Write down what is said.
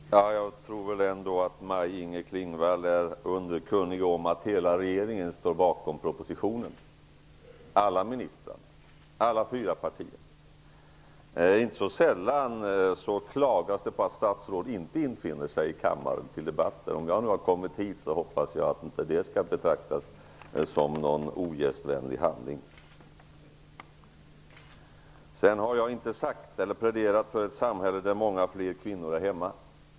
Herr talman! Jag tror väl ändå att Maj-Inger Klingvall är underkunnig om att hela regeringen -- alla ministrar, alla fyra partier -- står bakom propositionen. Inte så sällan klagas det på att statsråd inte infinner sig till debatter i kammaren. Om jag nu har kommit hit hoppas jag att det inte skall betraktas som en ogästvänlig handling. Jag har inte pläderat för ett samhälle där många fler kvinnor är hemma.